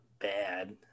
bad